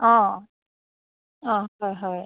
অঁ অঁ হয় হয়